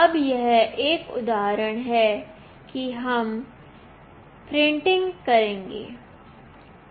अब यह एक उदाहरण है कि हम प्रिंटिंग करेंगे